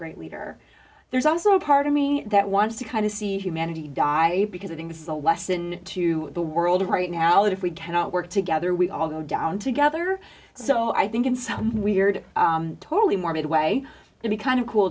great leader there's also a part of me that wants to kind of see humanity die because i think it's a lesson to the world right now that if we cannot work together we all go down together so i think in some weird totally morbid way to be kind of cool